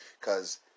cause